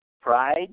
Pride